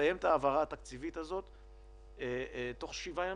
לסיים את ההעברה התקציבית הזאת בתוך שבעה ימים.